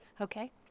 okay